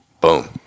Boom